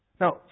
Now